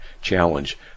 challenge